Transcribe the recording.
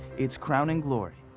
it's crowning glory,